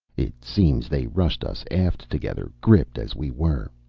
it seems they rushed us aft together, gripped as we were,